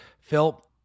Phil